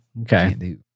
okay